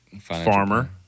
Farmer